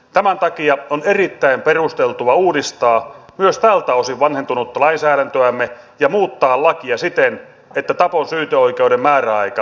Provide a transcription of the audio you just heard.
tämän takia on erittäin perusteltua uudistaa myös tältä osin vanhentunutta lainsäädäntöämme ja muuttaa lakia siten että tapon syyteoikeuden määräaika poistetaan